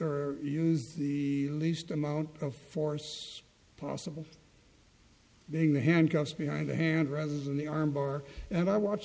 or used the least amount of force possible then the handcuffs behind the hand rather than the arm bar and i watch